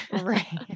Right